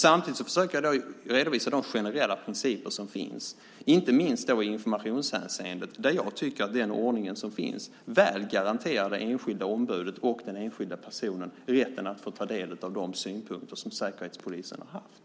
Samtidigt försöker jag redovisa de generella principer som finns, inte minst i informationshänseendet där jag tycker att den ordning som finns väl garanterar det enskilda ombudet och den enskilda personen rätten att få ta del av de synpunkter som Säkerhetspolisen har haft.